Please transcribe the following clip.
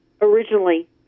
originally